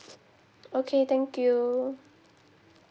okay thank you